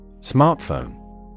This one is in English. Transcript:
Smartphone